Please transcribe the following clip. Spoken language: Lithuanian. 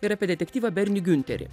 ir apie detektyvą bernį giunterį